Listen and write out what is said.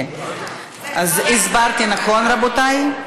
הסברתי נכון, רבותי?